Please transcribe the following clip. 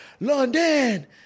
London